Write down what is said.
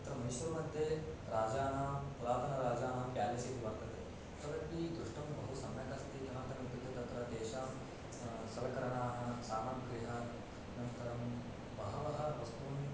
अत्र मैसूर् मध्ये राजानां पुरातनराजानां प्यालेस् इति वर्तते तदपि द्रष्टुं बहु सम्यक् अस्ति किमर्थम् इत्युक्ते तत्र तेषां सलकरणाः सामग्र्यः अनन्तरं बहूनि वस्तूनि